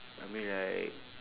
I mean like